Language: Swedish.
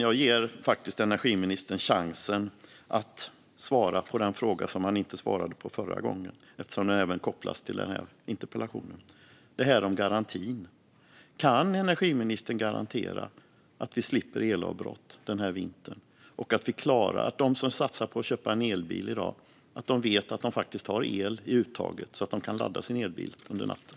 Jag ger energiministern chansen att svara på den fråga som han inte svarade på förra gången eftersom den även kopplas till den här interpellationen. Den handlar om det här med garantin. Kan energiministern garantera att vi slipper elavbrott den här vintern och att de som satsar på att köpa en elbil i dag vet att de faktiskt har el i uttaget så att de kan ladda sin elbil under natten?